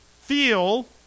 feel